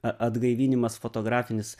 a atgaivinimas fotografinis